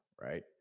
right